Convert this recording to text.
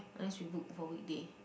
unless we book for weekday